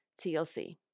TLC